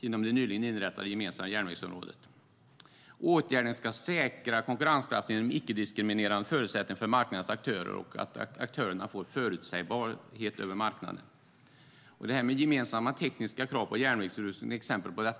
inom det nyligen inrättade gemensamma järnvägsområdet. Åtgärden ska säkra konkurrenskraft genom icke-diskriminerande förutsättningar för marknadens aktörer och genom att aktörerna får förutsägbarhet på marknaden. Detta med gemensamma tekniska krav på järnvägsutrustning är exempel på detta.